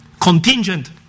Contingent